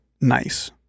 nice